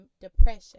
depression